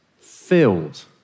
filled